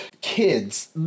kids